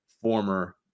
former